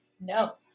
No